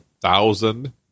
thousand